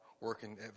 working